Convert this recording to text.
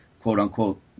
quote-unquote